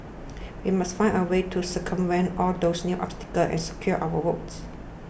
we must find a way to circumvent all those new obstacles and secure our votes